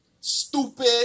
Stupid